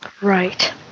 Right